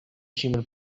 human